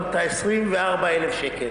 שמת 24,000 שקל.